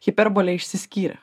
hiperbolė išsiskyrė